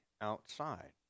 outside